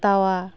ᱦᱟᱛᱟᱣᱟ